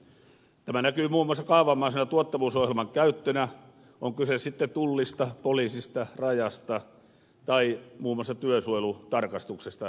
tämä näkyy muun muassa kaavamaisena tuottavuusohjelman käyttönä on kyse sitten tullista poliisista rajasta tai muun muassa työsuojelutarkastuksesta joka sektorilla